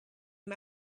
him